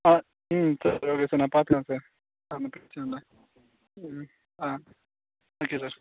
ஆ ம் சரி okay sir நான் பார்த்துக்குறேன் சார் ஒன்றும் பிரச்சனை இல்லை ம் ஆ ஓகே சார்